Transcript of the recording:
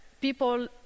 people